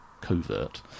covert